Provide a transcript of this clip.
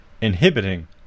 inhibiting